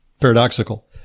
paradoxical